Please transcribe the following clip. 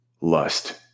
lust